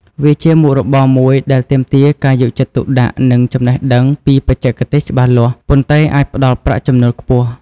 វាជាមុខរបរមួយដែលទាមទារការយកចិត្តទុកដាក់ និងចំណេះដឹងពីបច្ចេកទេសច្បាស់លាស់ ប៉ុន្តែអាចផ្តល់ប្រាក់ចំណូលខ្ពស់។